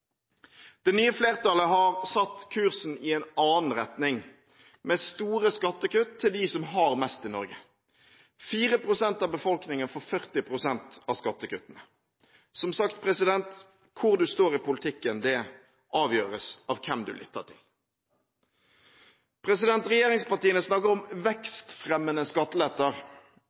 Det nye flertallet har satt kursen i en annen retning, med store skattekutt til dem som har mest i Norge. 4 pst. av befolkningen får 40 pst. av skattekuttene. Som sagt: Hvor du står i politikken, avgjøres av hvem du lytter til. Regjeringspartiene snakker om vekstfremmende skatteletter.